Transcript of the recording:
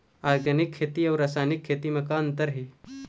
Organic खेती अउ रासायनिक खेती म का अंतर हे?